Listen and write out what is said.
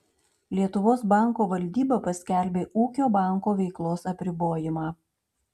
lietuvos banko valdyba paskelbė ūkio banko veiklos apribojimą